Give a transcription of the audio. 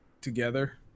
together